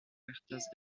puertas